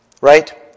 right